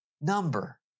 number